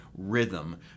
rhythm